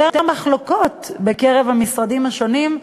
יותר מחלוקות בקרב המשרדים השונים,